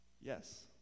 Yes